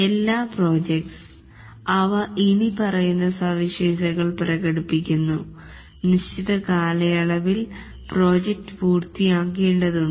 എല്ലാ പ്രോജക്ടസ് അവ ഇനിപ്പറയുന്ന സവിശേഷതകൾ പ്രകടിപ്പിക്കുന്നു നിശ്ചിത കാലയളവിൽ പ്രോജക്ട് പൂർത്തിയാകേണ്ടതുണ്ട്